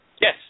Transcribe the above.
yes